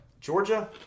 Georgia